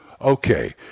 Okay